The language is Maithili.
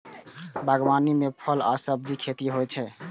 बागवानी मे फल आ सब्जीक खेती होइ छै